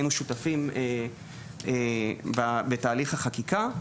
היינו שותפים בתהליך החקיקה.